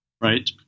right